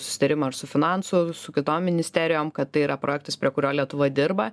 susitarimą ir su finansų su kitom ministerijom kad tai yra projektas prie kurio lietuva dirba